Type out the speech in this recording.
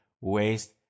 waste